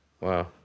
wow